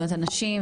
שדולת הנשים,